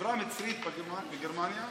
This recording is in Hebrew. דיברה מצרית בגרמניה?